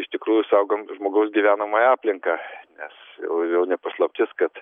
iš tikrųjų sau žmogaus gyvenamąją aplinką nes jau jau ne paslaptis kad